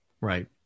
right